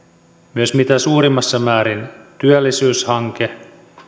myös mitä suurimmassa määrin työllisyyshanke